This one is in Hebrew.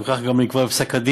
וכך גם נקבע בפסק-הדין.